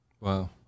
Wow